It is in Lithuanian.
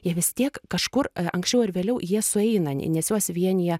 jie vis tiek kažkur anksčiau ar vėliau jie sueina nes juos vienija